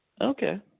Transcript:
Okay